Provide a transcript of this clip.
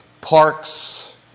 parks